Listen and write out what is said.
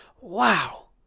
wow